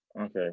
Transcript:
Okay